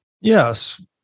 Yes